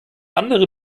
andere